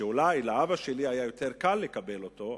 שאולי לאבא שלי היה יותר קל לקבל אותו,